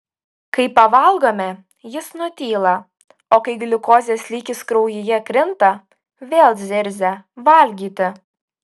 kai pavalgome jis nutyla o kai gliukozės lygis kraujyje krinta vėl zirzia valgyti